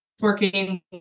working